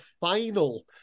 final